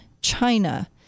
China